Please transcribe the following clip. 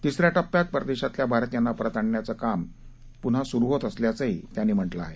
तिसऱ्या टप्प्यात परदेशातल्या भारतियांना परत आणण्याचं काम सुरू होत असल्याचंही त्यांनी म्हटलं आहे